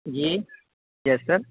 جی yes سر